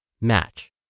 match